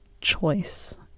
choice